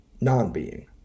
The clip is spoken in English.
non-being